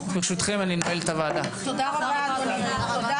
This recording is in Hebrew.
תודה רבה לכולם.